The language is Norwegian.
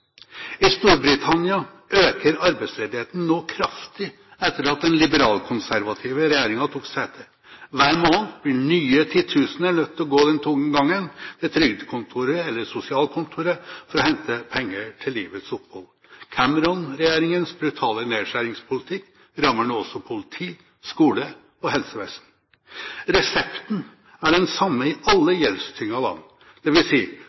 I Storbritannia øker arbeidsledigheten nå kraftig etter at den liberalkonservative regjeringen tok sete. Hver måned blir nye titusener nødt til å gå den tunge gangen til trygdekontoret eller sosialkontoret for å hente penger til livets opphold. Cameron-regjeringens brutale nedskjæringspolitikk rammer nå også politi, skole og helsevesen. Resepten er den samme i alle gjeldstyngede land,